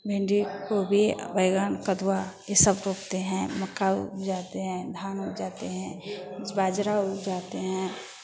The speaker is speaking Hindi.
भिन्डी गोभी बैंगन कद्दू ये सब रोपते हैं मक्का उपजाते हैं धान उपजाते हैं बाजरा उपजाते हैं